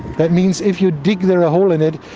that means if you dig there a hole in it,